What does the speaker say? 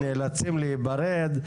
נאלצים להיפרד.